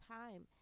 time